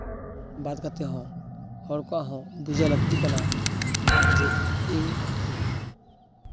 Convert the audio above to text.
ᱵᱟᱫ ᱠᱟᱛᱮᱫ ᱦᱚᱸ ᱦᱚᱲ ᱠᱚᱣᱟᱜ ᱦᱚᱸ ᱵᱩᱡᱷᱟᱹᱣ ᱞᱟᱹᱠᱛᱤ ᱠᱟᱱᱟ ᱡᱮ ᱤᱧ